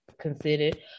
considered